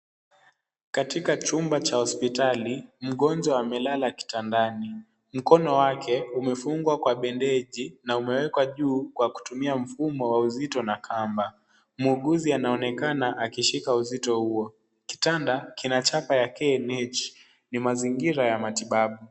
Katika chumba cha hospitali, mgonjwa amelala kitandani. Mkono wake umefungwa kwa bendeji na umewekwa juu kwa kutumia mfumo wa uzito na kamba . Muuguzi anaonekana akishika uzito huo. Kitanda kina chapa ya KNH. Ni mazingira ya matibabu.